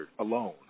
alone